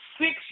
six